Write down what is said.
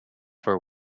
for